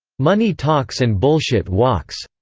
money talks and bullshit walks.